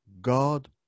God